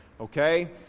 Okay